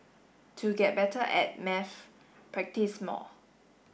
to get better at maths practise more